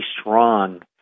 strong